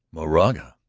moraga?